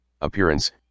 Appearance